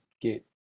get